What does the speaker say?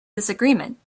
disagreement